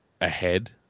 ahead